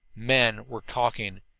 men were talking!